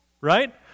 right